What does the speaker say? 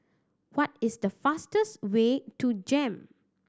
what is the fastest way to JEM